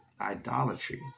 idolatry